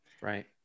Right